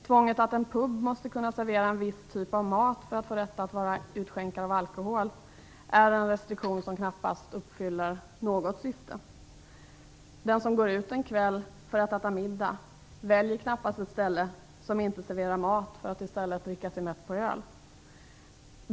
Tvånget att en pub måste kunna servera en viss typ av mat för att få rätt att utskänka alkohol är en restriktion som knappast uppfyller något syfte. Den som går ut en kväll för att äta middag väljer knappast ett ställe som inte serverar mat för att i stället dricka sig mätt på öl.